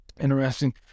Interesting